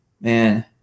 man